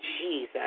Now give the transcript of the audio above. Jesus